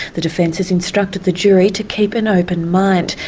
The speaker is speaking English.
the defence has instructed the jury to keep an open mind,